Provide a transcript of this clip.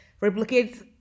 replicate